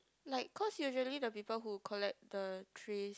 like cause usually the people who collect the trays